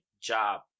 job